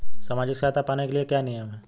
सामाजिक सहायता पाने के लिए क्या नियम हैं?